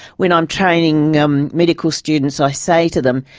when i'm training um medical students i say to them,